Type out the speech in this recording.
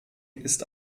ist